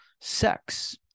sex